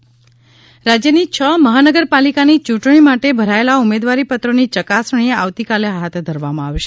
મહાનગરપાલિકા ચુંટણી રાજ્યની છ મહાનગરપાલિકાની યુંટણી માટે ભરાયેલા ઉમેદવારીપત્રોની યકાસણી આવતીકાલે હાથ ધરવામાં આવશે